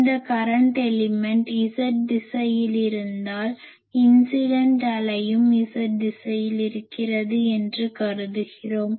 இந்த current element z திசையில் இருந்தால் இன்சிடன்ட் அலையும் z திசையில் இருக்கிறது என்று கருதுகிறோம்